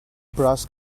brass